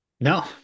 No